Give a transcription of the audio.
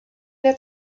der